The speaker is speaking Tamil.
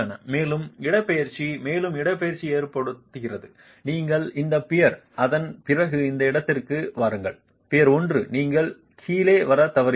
மேலும் இடப்பெயர்ச்சி மேலும் இடப்பெயர்ச்சி ஏற்படுகிறது நீங்கள் இந்த பியர் அதன் பிறகு இந்த இடத்திற்கு வாருங்கள் பியர் 1 நீங்கள் கீழே வர தவறிவிட்டது